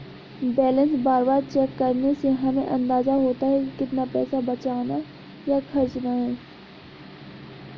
balance बार बार check करने से हमे अंदाज़ा होता है की कितना पैसा बचाना या खर्चना है